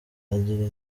agira